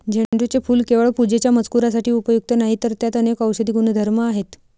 झेंडूचे फूल केवळ पूजेच्या मजकुरासाठी उपयुक्त नाही, तर त्यात अनेक औषधी गुणधर्म आहेत